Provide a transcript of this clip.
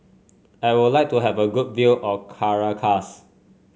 I would like to have a good view of Caracas